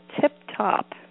tip-top